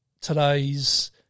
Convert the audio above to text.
today's